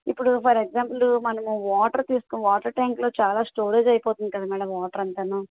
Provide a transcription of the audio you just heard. ఇప్పుడు for example మనము water తీసుకుని వాటర్ ట్యాంక్లో చాలా స్టోరేజ్ అయిపోతుంది కదా మ్యాడమ్ వాటర్ అంతా